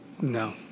no